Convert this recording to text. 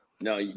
No